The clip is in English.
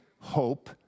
hope